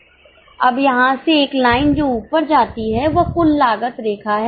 अब यहाँ से एक लाइन जो ऊपर जाती है वह कुल लागत रेखा है